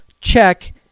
Check